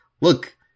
look